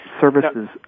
services